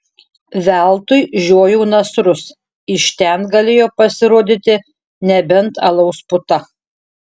veltui žiojau nasrus iš ten galėjo pasirodyti nebent alaus puta